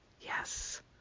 Yes